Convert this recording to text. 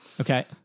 Okay